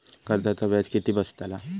कर्जाचा व्याज किती बसतला?